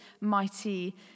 mighty